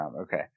Okay